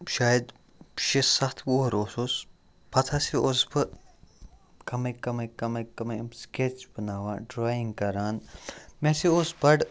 شاید شےٚ سَتھ وُۂر اوسُس پتہٕ ہسا اوسُس بہٕ کَمٕے کَمٕے کَمٕے کَمٕے کَمٕے سِکیچ بناوان ڈراینٛگ کران مےٚ ہسا اوس بَڑٕ